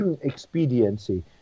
expediency